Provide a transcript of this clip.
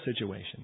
situation